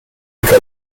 lake